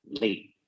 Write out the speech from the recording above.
late